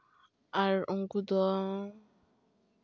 ᱟᱨ ᱩᱱᱠᱩ ᱫᱚ